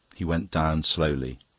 he went down slowly.